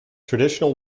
traditional